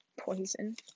poison